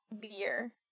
beer